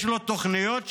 יש לו תוכניות שם,